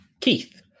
Keith